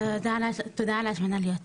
תודה על ההזמנה להיות פה.